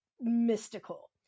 mystical